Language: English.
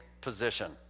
position